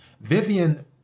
Vivian